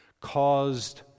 caused